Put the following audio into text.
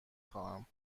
خواهم